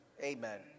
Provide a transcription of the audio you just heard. Amen